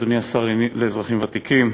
אדוני השר לאזרחים ותיקים,